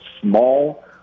small